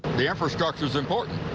the infrastructure is important.